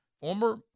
former